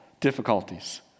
Difficulties